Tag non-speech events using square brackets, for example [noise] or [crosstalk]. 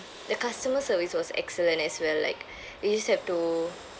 the customer service was excellent as well like [breath] you just have to